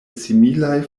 similaj